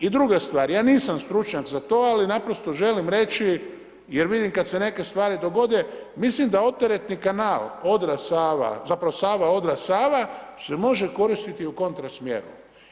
I druga stvar, ja nisam stručnjak za to ali naprosto želim reći jer vidim kada se neke stvari dogode, mislim da odteretni kanal Odra-Sava, zapravo Sava-Odra-Sava se može koristiti i u kontra smjeru.